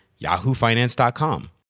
yahoofinance.com